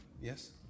Yes